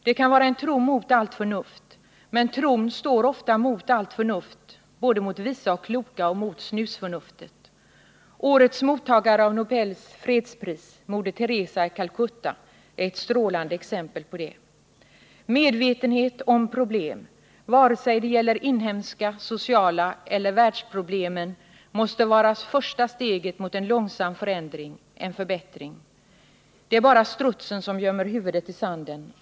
Det kan vara en tro mot allt förnuft, men tron står ofta mot allt förnuft, både mot visa och kloka och mot snusförnuftet. Årets mottagare av Nobels fredspris, Moder Theresa i Calcutta, är ett strålande exempel på det. Medvetenhet om problem, vare sig det gäller inhemska sociala problem eller världsproblemen, måste vara första steget mot en långsam förändring, en förbättring. Det är bara strutsen som gömmer huvudet i sanden.